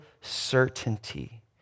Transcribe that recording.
certainty